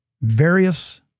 various